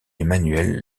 emmanuel